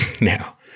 now